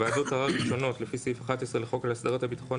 "(ב)ועדות ערר ראשונות לפי סעיף 11 לחוק להסדרת הביטחון